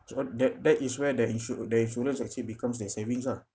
so all that that is where the insu~ the insurance actually becomes their savings lah